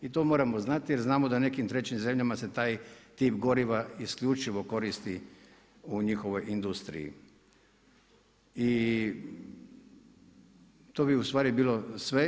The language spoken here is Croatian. I to moramo znati, jer znamo da u nekim trećim zemljama se taj tip goriva isključivo koristi u njihovoj industriji i to bi ustvari bilo sve.